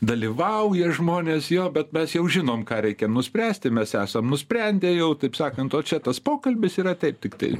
dalyvauja žmonės jo bet mes jau žinom ką reikia nuspręsti mes esam nusprendę jau taip sakant o čia tas pokalbis yra taip tiktai